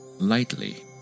lightly